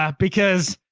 ah because.